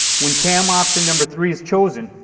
when cam option number three is chosen,